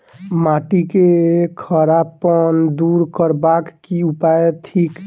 माटि केँ खड़ापन दूर करबाक की उपाय थिक?